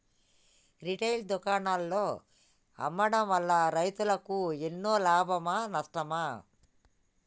Retail దుకాణాల్లో అమ్మడం వల్ల రైతులకు ఎన్నో లాభమా నష్టమా?